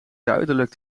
duidelijk